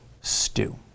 stew